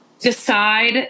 Decide